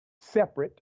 separate